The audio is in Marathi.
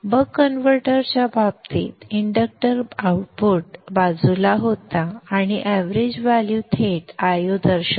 बक कन्व्हर्टरच्या बाबतीत इंडक्टर आउटपुट बाजूला होता आणि त्यामुळे एवरेज व्हॅल्यू थेट Io दर्शवते